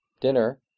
dinner